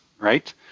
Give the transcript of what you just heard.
Right